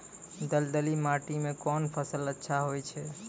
दलदली माटी म कोन फसल अच्छा होय छै?